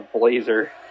blazer